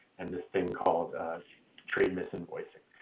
and this thing called trade misinvoicing.